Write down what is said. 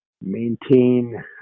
maintain